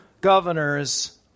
governors